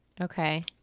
Okay